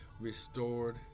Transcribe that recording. Restored